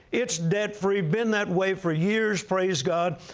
it's debt-free, been that way for years, praise god.